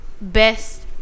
Best